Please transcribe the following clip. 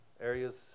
areas